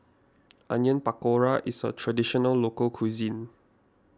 Onion Pakora is a Traditional Local Cuisine